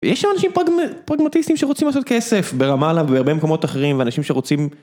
ויש שם אנשים פרגמטיסטים שרוצים לעשות כסף, ברמאללה ובהרבה מקומות אחרים ואנשים שרוצים